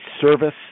service